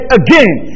again